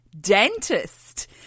dentist